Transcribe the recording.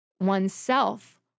oneself